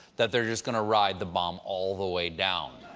that they're just going to ride the bomb all the way down.